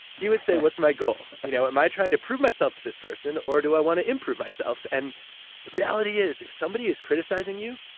he would say, what's my goal? you know am i trying to prove myself to this person? or, do i want to improve myself? and the reality is if somebody is criticizing you,